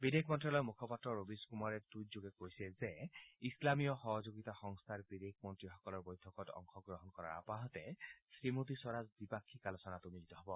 বিদেশ মন্ন্যালয়ৰ মুখপাত্ৰ ৰবীশ কুমাৰে টুইটযোগে কৈছে যে ইছলামীয় সহযোগিতা সংস্থাৰ বিদেশ মন্ত্ৰীসকলৰ বৈঠকত অংশগ্ৰহণ কৰাৰ আপাহতে শ্ৰীমতী স্বৰাজে দ্বিপাক্ষিক আলোচনাতো মিলিত হ'ব